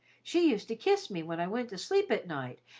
she used to kiss me when i went to sleep at night,